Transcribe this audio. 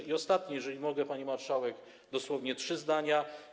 I ostatnie - jeżeli mogę, pani marszałek - dosłownie trzy zdania.